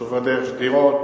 שעובר דרך שדרות,